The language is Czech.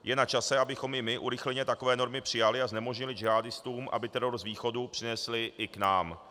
Je načase, abychom i my urychleně takové normy přijali a znemožnili džihádistům, aby teror z východu přinesli i k nám.